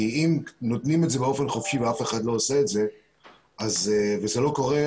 אם נותנים את זה באופן חופשי ואף אחד לא עושה את זה וזה לא קורה,